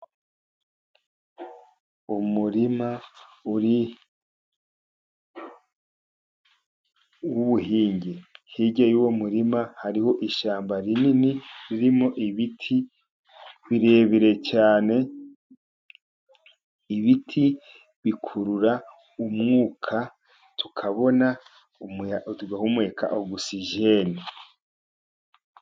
Umurima w'ubuhinge, hirya y'uwo murima hariho ishyamba rinini ririmo ibiti birebire cyane. Ibiti bikurura umwuka tukabona tugahumeka ogusijeni.